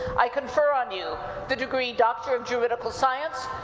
i confer on you the degree doctor of juridical science,